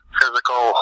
physical